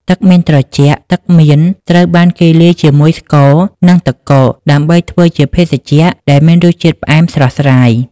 ទឹកមៀនត្រជាក់ ទឹកមៀនត្រូវបានគេលាយជាមួយស្ករ និងទឹកកកដើម្បីធ្វើជាភេសជ្ជៈដែលមានរសជាតិផ្អែមស្រស់ស្រាយ។